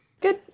good